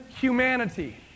humanity